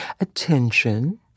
attention